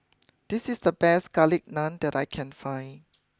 this is the best Garlic Naan that I can find